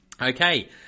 Okay